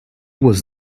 was